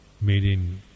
meeting